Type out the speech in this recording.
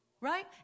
Right